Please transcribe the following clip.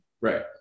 Right